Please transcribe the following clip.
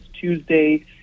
Tuesday